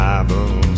Bible